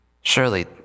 Surely